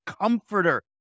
comforter